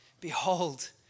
Behold